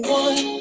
one